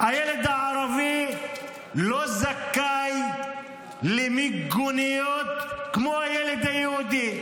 הילד הערבי לא זכאי למיגוניות כמו הילד היהודי,